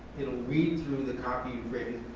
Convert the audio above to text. it will read through the copy you've written,